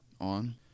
on